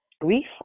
grief